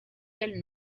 del